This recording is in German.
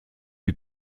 die